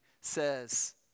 says